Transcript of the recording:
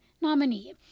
nominee